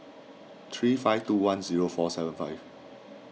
three five two one zero four seven five